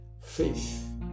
faith